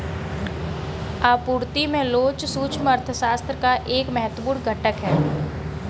आपूर्ति में लोच सूक्ष्म अर्थशास्त्र का एक महत्वपूर्ण घटक है